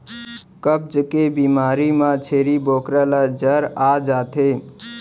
कब्ज के बेमारी म छेरी बोकरा ल जर आ जाथे